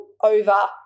over